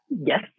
yes